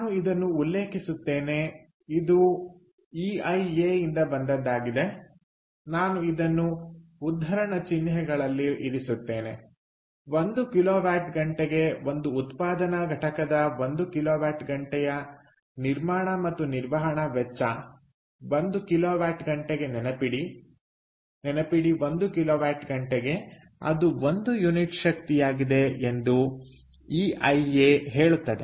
ನಾನು ಇದನ್ನು ಉಲ್ಲೇಖಿಸುತ್ತೇನೆ ಇದು ಇಐಎಯಿಂದ ಬಂದದ್ದಾಗಿದೆ ನಾನು ಇದನ್ನು ಉದ್ಧರಣ ಚಿಹ್ನೆಗಳಲ್ಲಿ ಇರಿಸುತ್ತೇನೆ ಒಂದು ಕಿಲೋವ್ಯಾಟ್ ಗಂಟೆಗೆಒಂದು ಉತ್ಪಾದನಾ ಘಟಕದ ಒಂದು ಕಿಲೋವ್ಯಾಟ್ ಗಂಟೆಯ ನಿರ್ಮಾಣ ಮತ್ತು ನಿರ್ವಹಣ ವೆಚ್ಚ ಒಂದು ಕಿಲೋವ್ಯಾಟ್ ಗಂಟೆಗೆ ನೆನಪಿಡಿ ಅದು ಒಂದು ಯುನಿಟ್ ಶಕ್ತಿಯಾಗಿದೆ ಎಂದು ಇಐಎ ಹೇಳುತ್ತದೆ